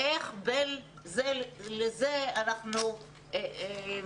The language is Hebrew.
והשאלה היא איך בין זה לזה אנחנו מנהלים